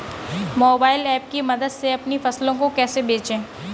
Mobile app की मदद से अपनी फसलों को कैसे बेचें?